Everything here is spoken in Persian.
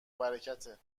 برکته